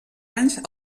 anys